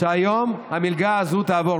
שהיום המלגה הזו תעבור.